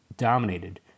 Dominated